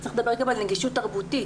צריך לדבר גם על נגישות תרבותית.